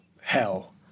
hell